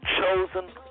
Chosen